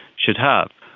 should have.